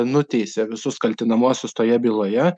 nuteisė visus kaltinamuosius toje byloje